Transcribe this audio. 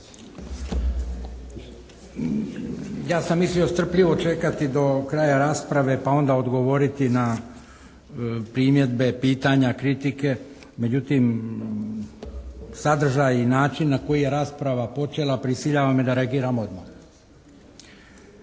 Ja sam mislio strpljivo čekati do kraja rasprave pa onda odgovoriti na primjedbe, pitanja, kritike, međutim sadržaj i način na koji je rasprava počela prisiljava me da reagiram odmah.